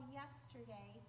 yesterday